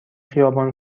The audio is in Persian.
خیابان